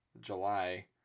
July